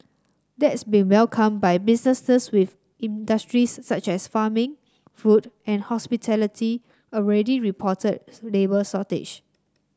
that's been welcomed by businesses with industries such as farming food and hospitality already reporting labour shortages